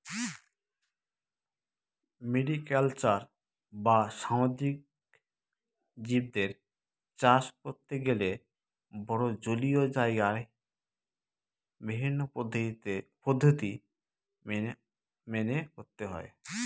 mariculture বা সামুদ্রিক জীবদের চাষ করতে গেলে বড়ো জলীয় জায়গায় বিভিন্ন পদ্ধতি মেনে করতে হয়